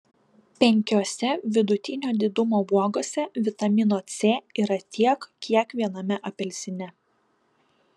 penkiose vidutinio didumo uogose vitamino c yra tiek kiek viename apelsine